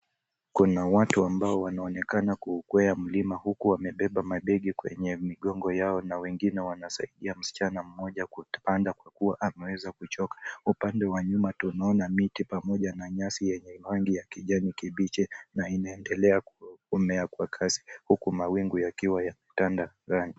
Kuna watu ambao wanaonekana kuukwea mlima huku wamebeba mabegi kwenye migongo yao na wengine wanasaidia msichana mmoja kuupanda kwa kuwa ameweza kuchoka. Upande wa nyuma tunaona miti pamoja na nyasi yenye rangi ya kijani kibichi na inaoendelea kumea kwa kasi huku wingi yakutanda,